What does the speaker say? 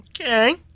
Okay